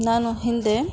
ನಾನು ಹಿಂದೆ